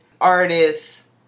artists